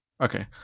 Okay